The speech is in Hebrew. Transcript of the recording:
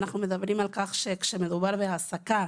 אנחנו מדברים על כך שכאשר מדובר בהעסקה